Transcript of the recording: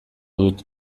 dut